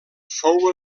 fou